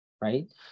right